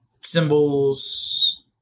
symbols